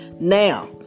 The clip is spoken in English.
Now